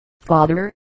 Father